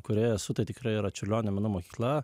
kurioje esu tikrai yra čiurlionio menų mokykla